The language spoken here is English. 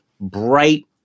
bright